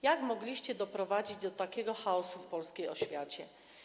Jak mogliście doprowadzić do takiego chaosu w polskiej oświacie?